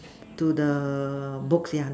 to the book yeah the